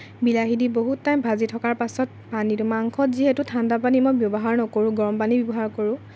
বিলাহী দি বহুত টাইম ভাজি থকাৰ পাছত পানী দিওঁ মাংসত যিহেতু ঠাণ্ডা পানী মই ব্যৱহাৰ নকৰোঁ গৰমপানী ব্যৱহাৰ কৰোঁ